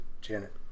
Janet